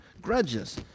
grudges